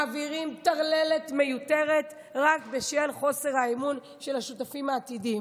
מעבירים טרללת מיותרת רק בשל חוסר האמון של השותפים העתידיים.